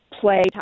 play